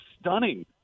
stunning